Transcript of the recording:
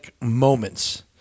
moments